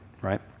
right